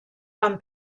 van